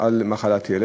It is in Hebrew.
עדי